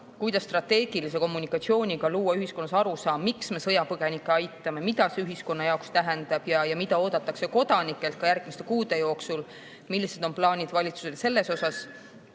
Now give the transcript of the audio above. Kuidas strateegilise kommunikatsiooniga luua ühiskonnas arusaam, miks me sõjapõgenikke aitame, mida see ühiskonna jaoks tähendab ja mida oodatakse kodanikelt ka järgmiste kuude jooksul? Millised on valitsuse plaanid? Ja